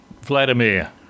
Vladimir